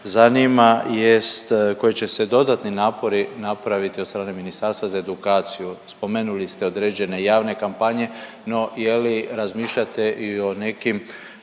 zanima jest koji će se dodatni napori napraviti od strane ministarstva za edukaciju. Spomenuli ste određene javne kampanje, no je li razmišljate i o nekim